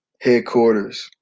headquarters